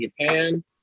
Japan